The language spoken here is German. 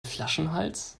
flaschenhals